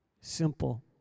simple